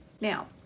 Now